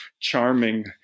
charming